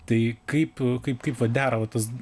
tai kaip kaip kaip vat dera tas